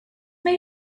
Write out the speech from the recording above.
may